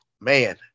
Man